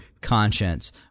conscience